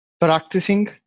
Practicing